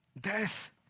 Death